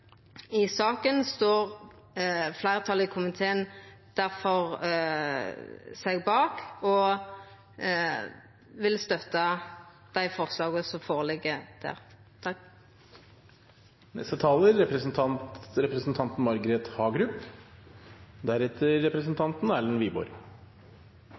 i saka står fleirtalet i komiteen difor bak, og vil støtta dei forslaga som